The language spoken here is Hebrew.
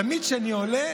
תמיד כשאני עולה,